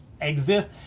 exist